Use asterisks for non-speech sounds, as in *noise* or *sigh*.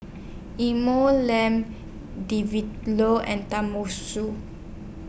*unintelligible* Lane D V Loo and *unintelligible*